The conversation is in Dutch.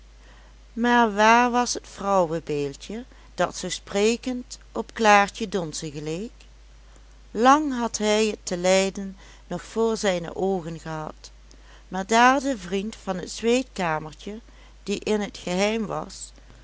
maar waar was het vrouwebeeldje dat zoo sprekend op klaartje donze geleek lang had hij het te leiden nog voor zijne oogen gehad maar daar de vriend van het zweetkamertje die in het geheim was